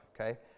Okay